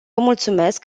mulțumesc